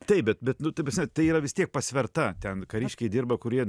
taip bet bet nu ta prasme tai yra vis tiek pasverta ten kariškiai dirba kurie